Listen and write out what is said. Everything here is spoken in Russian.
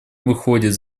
выходит